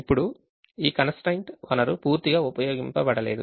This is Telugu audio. ఇప్పుడు ఈ constraint వనరు పూర్తిగా ఉపయోగించబడలేదు